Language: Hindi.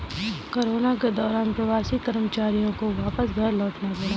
कोरोना के दौरान प्रवासी कर्मचारियों को वापस घर लौटना पड़ा